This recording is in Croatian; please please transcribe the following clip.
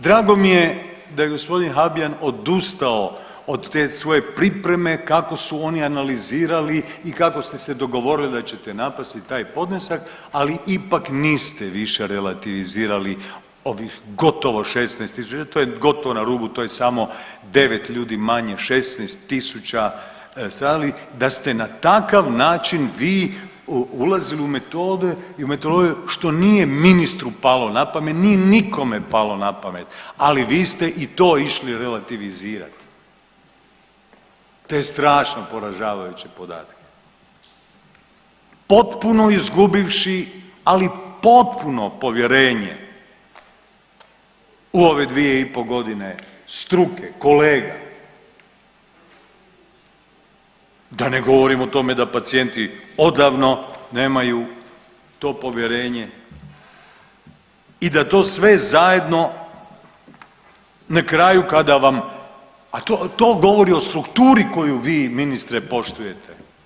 Drago mi je da je g. Habijan odustao od te svoje pripreme kako su oni analizirali i kako ste se dogovorili da ćete napasti taj podnesak, ali ipak niste više relativizirali ovih gotovo 16 tisuća, jer to je gotovo na rubu, to je samo 9 ljudi manje od 16 tisuća stradalih, da ste na takav način vi ulazili u metode i u metodologiju što nije ministru palo na pamet, nije nikome palo na pamet, ali vi ste i to išli relativizirati, te strašno poražavajuće podatke, potpuno izgubivši, ali potpuno povjerenje u ove 2,5.g. struke kolega, da ne govorim o tome da pacijenti odavno nemaju to povjerenje i da to sve zajedno na kraju kada vam, a to, to govori o strukturi koju vi ministre poštujete.